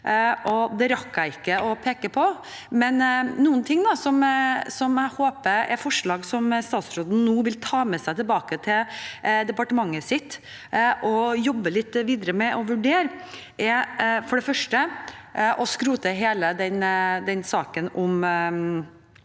det rakk jeg ikke å peke på. Men noe jeg håper er forslag som statsråden nå vil ta med seg tilbake til departementet og jobbe litt videre med og vurdere, er for det første å skrote hele saken om